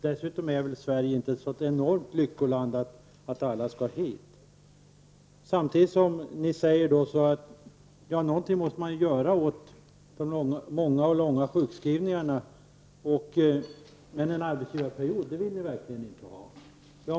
Dessutom är väl inte Sverige ett sådant enormt lyckoland att alla vill komma hit. Ni säger i miljöpartiet att någonting måste göras åt de många och långa sjukskrivningarna, men en arbetsgivarperiod vill ni verkligen inte ha.